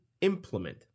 implement